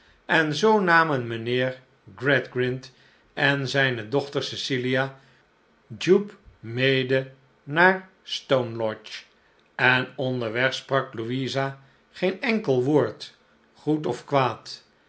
en zoo namen mijnheer gradgrind en zijne dochter cecilia jupe mede naar st one lodge en onderweg sprak louisa geen enkel woprd goed of kwaad